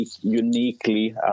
uniquely